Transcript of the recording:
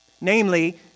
namely